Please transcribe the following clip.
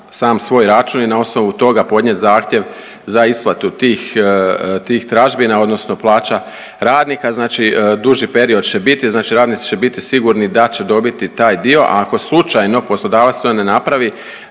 sam svoj račun i na osnovu toga podnijeti zahtjev za isplatu tih tražbina odnosno plaća radnika. Znači duži period će biti, znači radnici će biti sigurni da će dobiti taj dio, a ako slučajno poslodavac to ne napravi,